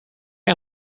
are